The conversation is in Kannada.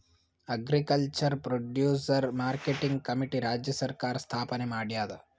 ಅಗ್ರಿಕಲ್ಚರ್ ಪ್ರೊಡ್ಯೂಸರ್ ಮಾರ್ಕೆಟಿಂಗ್ ಕಮಿಟಿ ರಾಜ್ಯ ಸರ್ಕಾರ್ ಸ್ಥಾಪನೆ ಮಾಡ್ಯಾದ